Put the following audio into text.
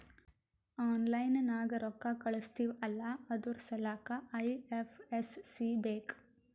online ನಾಗ್ ರೊಕ್ಕಾ ಕಳುಸ್ತಿವ್ ಅಲ್ಲಾ ಅದುರ್ ಸಲ್ಲಾಕ್ ಐ.ಎಫ್.ಎಸ್.ಸಿ ಬೇಕ್